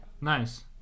Nice